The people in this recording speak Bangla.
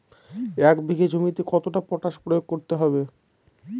এক বিঘে জমিতে কতটা পটাশ প্রয়োগ করতে হবে?